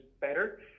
better